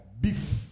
beef